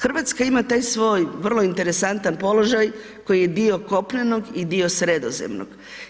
Hrvatska ima taj svoj vrlo interesantan položaj koji je dio kopnenog i dio sredozemnog.